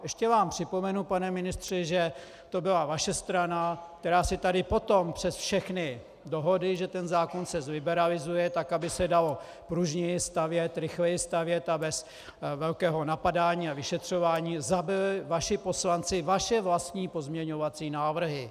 Ještě vám připomenu, pane ministře, že to byla vaše strana, která si tady potom přes všechny dohody, že se ten zákon zliberalizuje tak, aby se dalo pružněji stavět, rychleji stavět a bez velkého napadání a vyšetřování zabili vaši poslanci vaše vlastní pozměňovací návrhy.